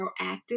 proactive